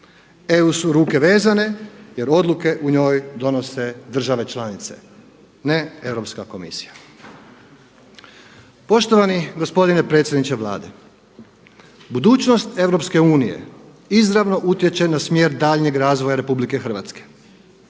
EU su ruke vezane jer odluke u njoj donose države članice ne Europska komisija. Poštovani gospodine predsjedniče Vlade, budućnost EU izravno utječe na smjer daljnjeg razvoja RH i tiče se